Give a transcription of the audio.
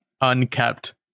unkept